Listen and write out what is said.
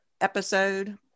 episode